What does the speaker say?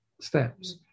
steps